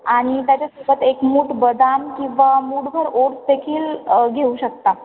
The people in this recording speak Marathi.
आणि त्याच्यासोबत एक मूठ बदाम किंवा मूठभर ओटदेखील घेऊ शकता